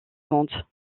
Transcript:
monde